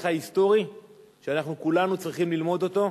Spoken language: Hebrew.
ההיסטורי שאנחנו כולנו צריכים ללמוד אותו: